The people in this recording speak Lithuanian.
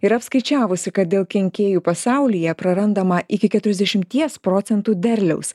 yra apskaičiavusi kad dėl kenkėjų pasaulyje prarandama iki keturiasdešimties procentų derliaus